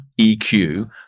EQ